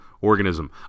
organism